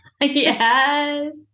yes